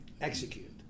Execute